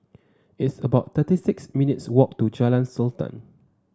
it's about thirty six minutes walk to Jalan Sultan